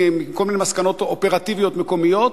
מכל מיני מסקנות אופרטיביות מקומיות,